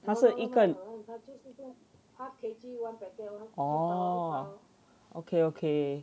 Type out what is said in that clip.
他是一个 orh okay okay